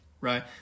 right